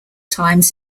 times